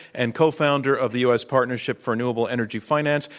and co-founder of the u. s. partnership for renewable energy finance.